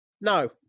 No